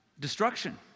destruction